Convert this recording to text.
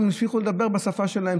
הם המשיכו לדבר בשפה שלהם,